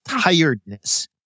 tiredness